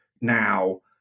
now